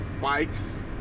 bikes